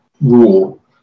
rule